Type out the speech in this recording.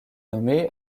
nommée